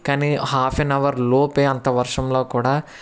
కానీ half an అవర్లోపే అంత వర్షంలో కూడా